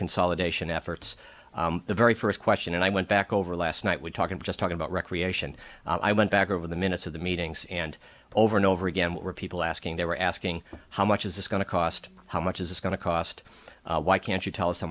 consolidation efforts the very first question and i went back over last night we're talking just talking about recreation i went back over the minutes of the meetings and over and over again were people asking they were asking how much is this going to cost how much is this going to cost why can't you tell us how